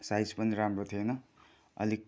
size पनि राम्रो थिएन अलिक